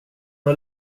har